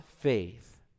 faith